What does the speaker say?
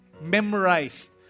memorized